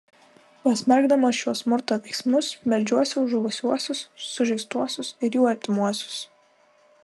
pasmerkdamas šiuos smurto veiksmus meldžiuosi už žuvusiuosius sužeistuosius ir jų artimuosius